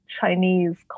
Chinese